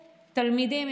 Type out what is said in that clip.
תלמידים,